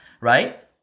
right